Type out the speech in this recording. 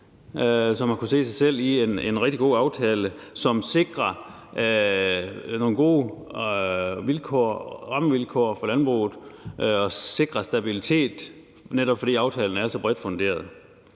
har kunnet se sig selv i en rigtig god aftale, som sikrer nogle gode rammevilkår for landbruget og sikrer stabilitet, netop fordi aftalen er så bredt funderet.